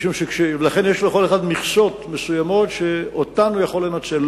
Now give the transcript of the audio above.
לכן יש לכל אחד מכסות מסוימות שאותן הוא יכול לנצל,